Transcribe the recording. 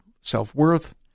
self-worth